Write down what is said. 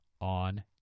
on